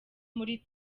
muri